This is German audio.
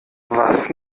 was